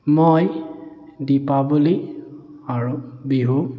মই দীপাৱলী আৰু বিহু